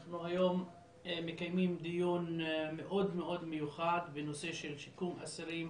אנחנו היום מקיימים דיון מאוד מאוד מיוחד בנושא של שיקום אסירים